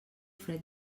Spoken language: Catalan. fred